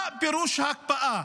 מה פירוש ההקפאה?